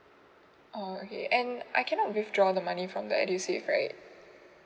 oh okay and I cannot withdraw the money from the edusave right